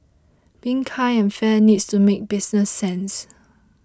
being kind and fair needs to make business sense